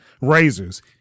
razors